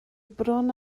bron